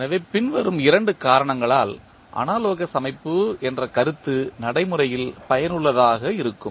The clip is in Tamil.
எனவே பின்வரும் 2 காரணங்களால் அனாலோகஸ் அமைப்பு என்ற கருத்து நடைமுறையில் பயனுள்ளதாக இருக்கும்